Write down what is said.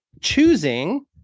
choosing